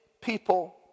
people